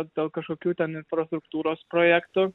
dėl kažkokių ten infrastruktūros projektų